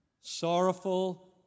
Sorrowful